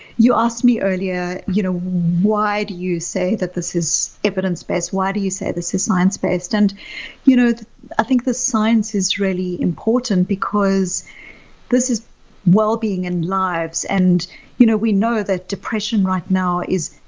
you asked me earlier you know why do you say that this is evidence-based. why do you say this is science-based? and you know i think the science is really important because this is well-being in lives. and you know we know that depression right now is.